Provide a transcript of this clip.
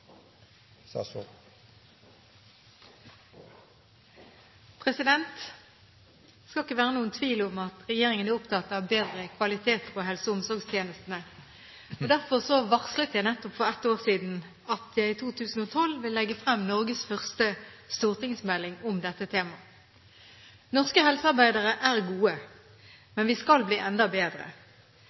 innstillingen. Det skal ikke være noen tvil om at regjeringen er opptatt av bedre kvalitet på helse- og omsorgstjenestene. Nettopp derfor varslet jeg for et år siden at jeg i 2012 ville legge frem Norges første stortingsmelding om dette temaet. Norske helsearbeidere er gode, men skal bli